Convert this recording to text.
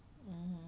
mmhmm